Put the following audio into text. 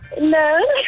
No